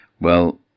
Well